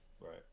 right